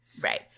Right